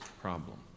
problem